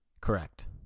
Correct